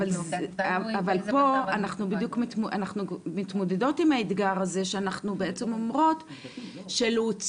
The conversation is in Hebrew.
אבל פה אנחנו בדיוק מתמודדות עם האתגר הזה שאנחנו בעצם אומרות שלהוציא,